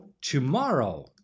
tomorrow